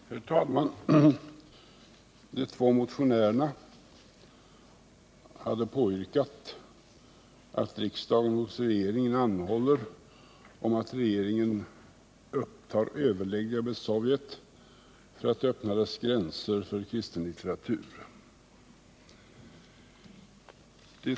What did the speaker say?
Herr talman! De två motionärerna har påyrkat att riksdagen hos regeringen anhåller om att regeringen upptar överläggningar med Sovjetunionen för att öppna dess gränser för kristen litteratur.